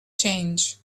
change